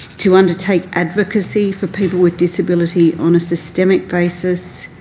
to undertake advocacy for people with disability on a systemic basis,